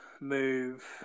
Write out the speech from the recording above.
move